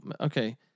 Okay